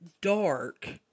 Dark